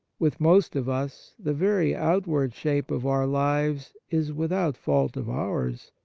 with most of us the very outward shape of our lives is, without fault of ours,